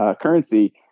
currency